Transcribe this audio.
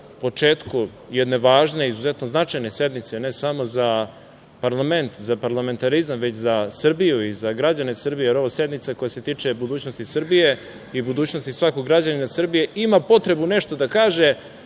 početku jedne važne i izuzetno značajne sednice, ne samo za parlament, parlamentarizam, već za Srbiju i za građane Srbije, jer ovo je sednica koja se tiče budućnosti Srbije i budućnosti svakog građanina Srbije, ima potrebu nešto da kaže